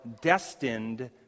destined